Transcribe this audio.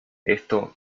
esto